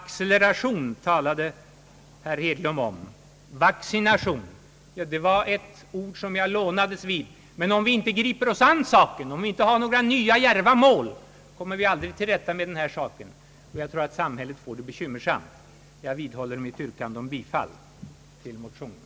Herr Hedlund talade om vaccination. Det var ett ord som jag lånat. Men om vi inte griper oss an med saken, om vi inte har några nya djärva mål, kommer vi aldrig till rätta med denna sak, och jag tror att samhället får det bekymmersamt. Jag vidhåller mitt yrkande om bifall till motionen.